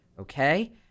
Okay